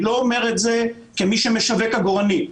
אני לא אומר את זה כמי שמשווק עגורנים.